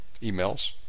emails